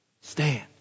stand